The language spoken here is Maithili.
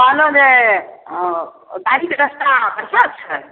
कहलहुॅं जे हँ गाड़ी के रस्ता बढ़िआँ छै